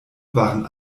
waren